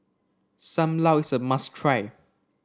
Sam Lau is a must try